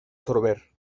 sorber